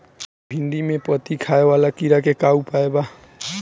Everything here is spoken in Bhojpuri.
भिन्डी में पत्ति खाये वाले किड़ा के का उपाय बा?